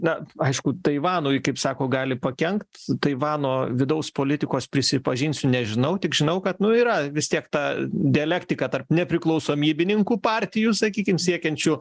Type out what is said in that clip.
na aišku taivanui kaip sako gali pakenkt taivano vidaus politikos prisipažinsiu nežinau tik žinau kad nu yra vis tiek ta dialektika tarp nepriklausomybininkų partijų sakykim siekiančių